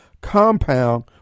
compound